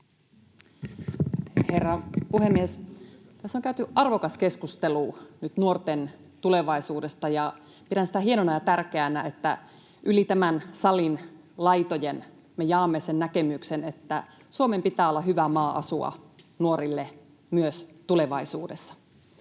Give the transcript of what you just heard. Herra puhemies! Tässä on käyty arvokas keskustelu nyt nuorten tulevaisuudesta. Pidän sitä hienona ja tärkeänä, että yli tämän salin laitojen me jaamme sen näkemyksen, että Suomen pitää olla hyvä maa asua nuorille myös tulevaisuudessa.